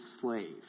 slave